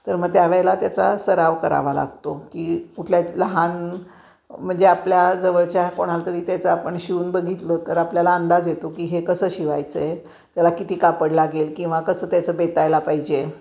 तर मग त्यावेळेला त्याचा सराव करावा लागतो की कुठल्या लहान म्हणजे आपल्या जवळच्या कोणाला तरी ते जर आपण शिवून बघितलं तर आपल्याला अंदाज येतो की हे कसं शिवायचं आहे त्याला किती कापड लागेल किंवा कसं त्याचं बेतायला पाहिजे